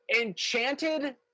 enchanted